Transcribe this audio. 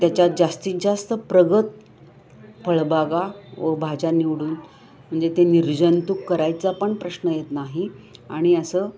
त्याच्यात जास्तीत जास्त प्रगत फळबागा व भाज्या निवडून म्हणजे ते निर्जंतूक करायचा पण प्रश्न येत नाही आणि असं